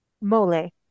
Mole